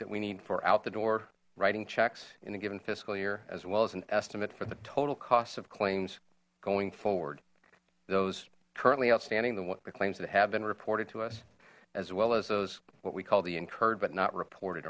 that we need for out the door writing checks in a given fiscal year as well as an estimate for the total costs of claims going forward those currently outstanding than what the claims that have been reported to us as well as those what we call the incurred but not reported